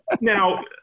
now